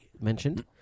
mentioned